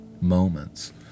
moments